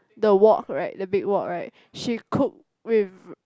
the wok right the big wok right she cook with